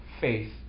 faith